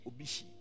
Obishi